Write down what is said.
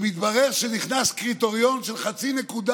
ומתברר שנכנס קריטריון של חצי נקודה